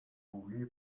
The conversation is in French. roulé